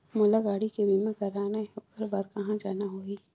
मोला गाड़ी के बीमा कराना हे ओकर बार कहा जाना होही?